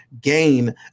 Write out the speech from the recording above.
gain